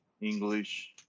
English